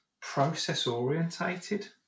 process-orientated